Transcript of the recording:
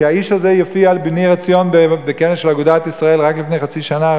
כי האיש הזה הופיע בניר-עציון בכנס של אגודת ישראל רק לפני חצי שנה,